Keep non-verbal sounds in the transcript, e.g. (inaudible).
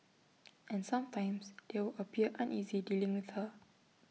(noise) and sometimes they would appear uneasy dealing with her